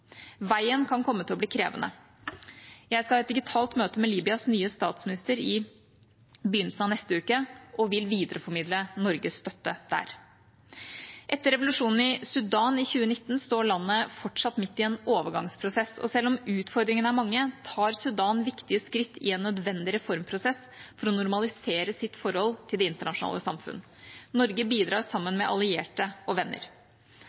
Veien kan komme til å bli krevende. Jeg skal ha et digitalt møte med Libyas nye statsminister i begynnelsen av neste uke og vil videreformidle Norges støtte der. Etter revolusjonen i Sudan i 2019 står landet fortsatt midt i en overgangsprosess. Selv om utfordringene er mange, tar Sudan viktige skritt i en nødvendig reformprosess for å normalisere sitt forhold til det internasjonale samfunn. Norge bidrar sammen med allierte og venner.